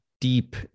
deep